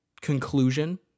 conclusion